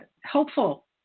helpful